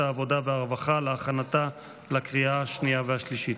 העבודה והרווחה להכנתה לקריאה השנייה והשלישית.